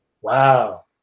wow